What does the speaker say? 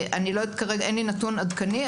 כרגע אין לי נתון עדכני,